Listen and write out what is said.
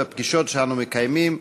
בפגישות שאנו מקיימים,